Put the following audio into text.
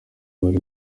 bari